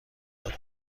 داد